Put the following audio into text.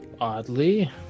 oddly